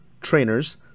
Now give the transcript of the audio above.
trainers